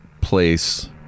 place